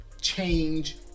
change